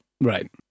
Right